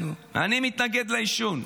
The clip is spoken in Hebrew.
אני מתנגד לעישון,